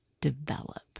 develop